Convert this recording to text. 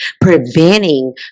preventing